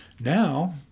Now